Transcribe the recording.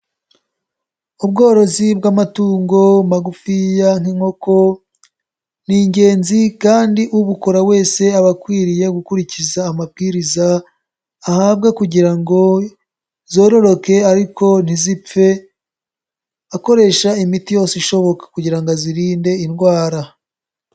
Ubworozi bw'amatungo magufiya nk'inkoko ni ingenzi kandi ubukora wese aba akwiriye gukurikiza amabwiriza ahabwa kugira ngo zororoke ariko ntizipfe, akoresha imiti yose ishoboka kugira ngo azirinde indwara.